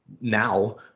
now